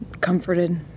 Comforted